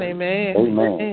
Amen